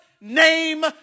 name